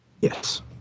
Yes